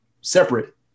separate